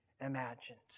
imagined